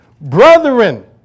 Brethren